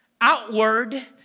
outward